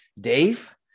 Dave